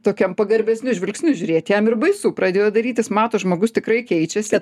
tokiaom pagarbesniu žvilgsniu žiūrėt jam ir baisu pradėjo darytis mato žmogus tikrai keičiasi